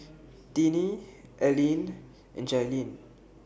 Tinie Aline and Jailene